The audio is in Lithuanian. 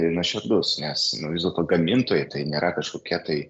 ir nuoširdus nes nu vis dėlto gamintojai tai nėra kažkokie tai